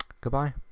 Goodbye